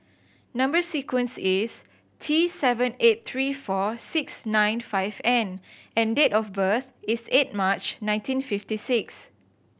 number sequence is T seven eight three four six nine five N and date of birth is eight March nineteen fifty six